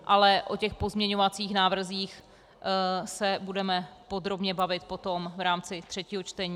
Ale o těch pozměňovacích návrzích se budeme podrobně bavit potom v rámci třetího čtení.